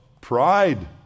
pride